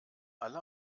alle